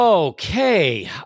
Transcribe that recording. Okay